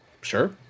Sure